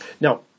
Now